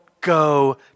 go